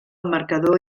marcador